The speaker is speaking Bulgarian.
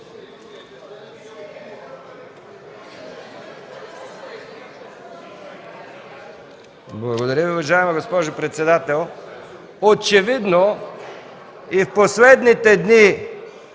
Благодаря Ви, уважаема госпожо председател. Очевидно и в последните дни